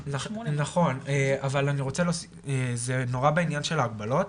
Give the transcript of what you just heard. נכון, אבל זה נורא בעניין של ההגבלות,